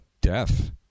death